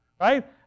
right